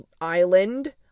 island